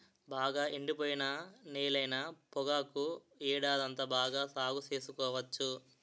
బాగా ఎండిపోయిన నేలైన పొగాకు ఏడాదంతా బాగా సాగు సేసుకోవచ్చు